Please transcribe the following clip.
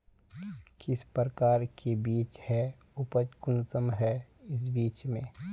किस प्रकार के बीज है उपज कुंसम है इस बीज में?